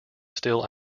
still